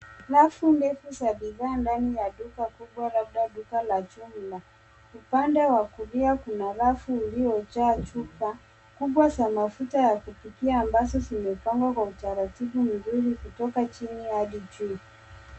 Rafu ndefu za bidhaa ndani ya duka kubwa labda duka la jumla. Upande wa kulia, kuna rafu iliyojaa chupa kubwa za mafuta ya kupikia ambazo zimepangwa kwa utaratibu mzuri kutoka chini hadi juu.